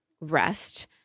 rest